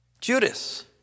Judas